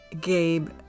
Gabe